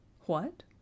What